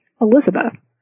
Elizabeth